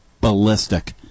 ballistic